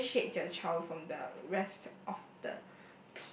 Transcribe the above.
differentiate your child from the rest of the